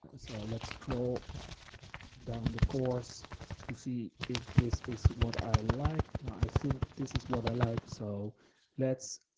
ah so let's scroll down the course to see if this is what i like. now yeah i think this is what i like. so let's